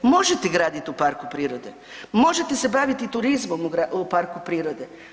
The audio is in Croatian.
Možete graditi u parku prirode, možete se baviti turizmom u parku prirode.